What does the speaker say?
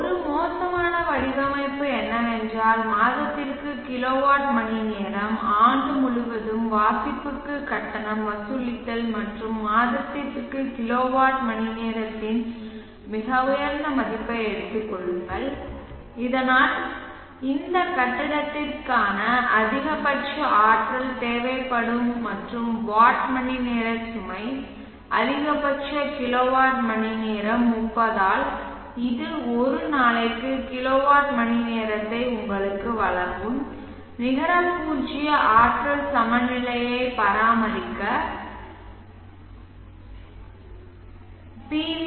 ஒரு மோசமான வடிவமைப்பு என்னவென்றால் மாதத்திற்கு கிலோவாட் மணிநேரம் ஆண்டு முழுவதும் வாசிப்புக்கு கட்டணம் வசூலித்தல் மற்றும் மாதத்திற்கு கிலோவாட் மணிநேரத்தின் மிக உயர்ந்த மதிப்பை எடுத்துக் கொள்ளுங்கள் இதனால் இந்த கட்டிடத்திற்கான அதிகபட்ச ஆற்றல் தேவைப்படும் மற்றும் வாட் மணிநேர சுமை அதிகபட்ச கிலோவாட் மணிநேரம் 30 ஆல் இது ஒரு நாளைக்கு கிலோவாட் மணிநேரத்தை உங்களுக்கு வழங்கும் நிகர பூஜ்ஜிய ஆற்றல் சமநிலையை பராமரிக்க பி